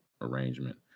arrangement